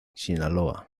sinaloa